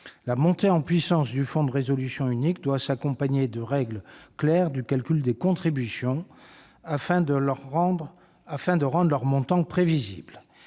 La montée en puissance du Fonds de résolution unique doit s'accompagner de règles claires du calcul des contributions, afin de rendre le montant de